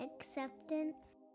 acceptance